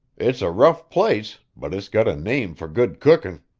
it's a rough place, but it's got a name for good cooking.